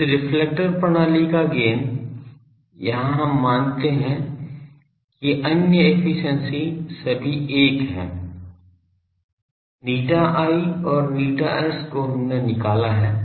इस रिफ्लेक्टर प्रणाली का गेन यहाँ हम मानते हैं कि अन्य एफिशिएंसी सभी 1 हैं ηi और ηs को हमने निकाला है